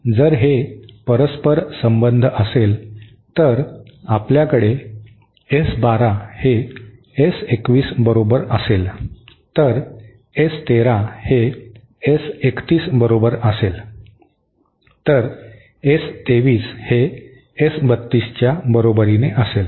जर हे परस्परसंबंध असेल तर आपल्याकडे एस 12 हे एस 21 बरोबर असेल तर एस 13 हे एस 31 बरोबर असेल तर एस 23 हे एस 32 च्या बरोबरीने असेल